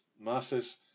masses